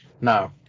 No